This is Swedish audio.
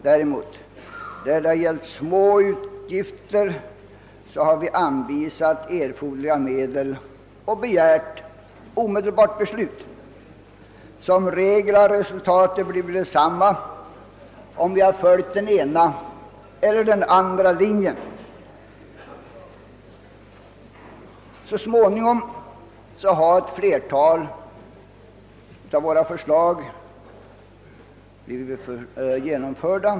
däremot, där det gällt små utgifter, har vi anvisat erforderliga medel och begärt omedelbara beslut. Som regel har resultatet blivit detsamma om vi följt den ena eller andra linjen. Så småningom har ett flertal av våra förslag blivit genomförda.